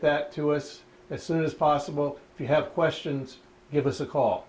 that to us as soon as possible if you have questions give us a call